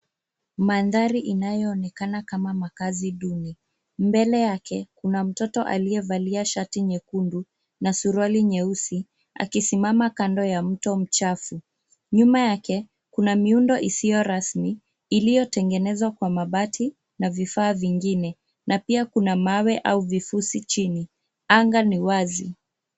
Mandhari inayoonekana kama makazi duni, mbele yake kuna mtoto aliyevalia shati nyekundu, na suruali nyeusi, akisimama kando ya mto mchafu. Nyuma yake kuna miundo isiyo rasmi iliyotengenezwa kwa mabati navifaa vingine na pia kuwa mawe au vizusi chini, anga ni wazi.